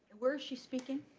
where is she speaking?